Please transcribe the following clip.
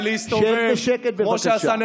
שב בשקט, בבקשה.